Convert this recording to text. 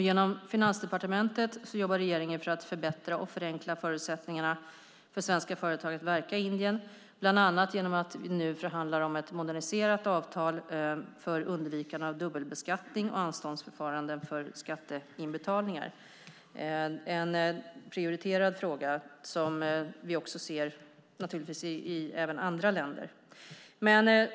Genom Finansdepartementet jobbar regeringen för att förbättra och förenkla förutsättningarna för svenska företag att verka i Indien bland annat genom att vi nu förhandlar om ett moderniserat avtal för undvikande av dubbelbeskattning och anståndsförfaranden för skatteinbetalningar. Det är en prioriterad fråga som vi naturligtvis ser även i andra länder.